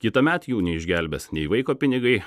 kitąmet jų neišgelbės nei vaiko pinigai